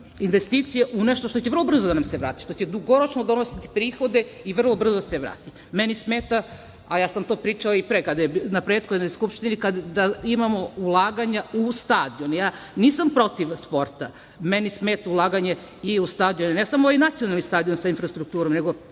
investicije u nešto što će vrlo brzo da nam se vrati, što će dugoročno donositi prihode i vrlo brzo da se vrati. Meni smeta, a ja sam to pričala i pre, na prethodnoj Skupštini, da imamo ulaganja u stadion. Ja nisam protiv sporta, meni smeta ulaganje u stadione, ne samo ovaj nacionalni sa infrastrukturom,